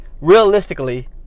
realistically